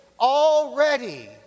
already